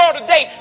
today